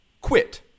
Quit